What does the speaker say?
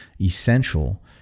essential